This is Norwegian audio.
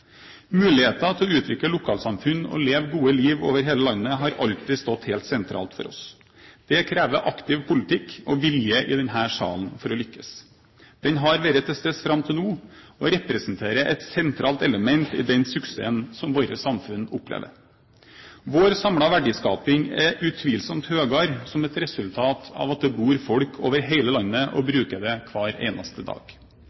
Muligheten til å utvikle lokalsamfunn og leve gode liv over hele landet har alltid stått helt sentralt for oss. Det kreves aktiv politikk og vilje i denne salen for å lykkes. Det har vært til stede fram til nå og representerer et sentralt element i den suksessen som vårt samfunn opplever. Vår samlede verdiskaping er utvilsomt høyere som et resultat av at det bor folk over hele landet og bruker det hver eneste dag.